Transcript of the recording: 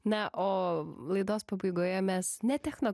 ne o laidos pabaigoje mes ne techno